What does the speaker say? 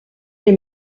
les